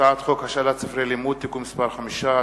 הצעת חוק השאלת ספרי לימוד (תיקון מס' 5),